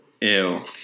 Ew